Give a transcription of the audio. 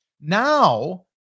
Now